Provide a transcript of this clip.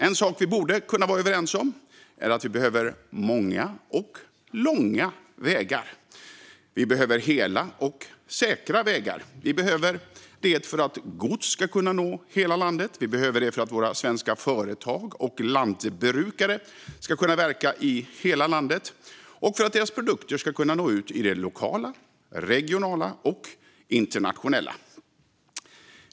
En sak vi borde kunna vara överens om är att vi behöver många och långa vägar. Vi behöver hela och säkra vägar. Vi behöver det för att gods ska kunna nå hela landet. Vi behöver det för att svenska företag och lantbrukare ska kunna verka i hela landet och för att deras produkter ska kunna nå ut i det lokala, regionala och internationella.